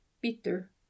Bitter